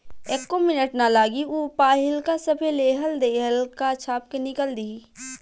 एक्को मिनट ना लागी ऊ पाहिलका सभे लेहल देहल का छाप के निकल दिहि